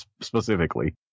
specifically